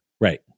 Right